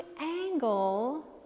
angle